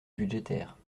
budgétaire